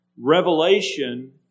Revelation